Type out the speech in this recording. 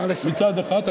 מצד אחד,